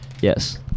Yes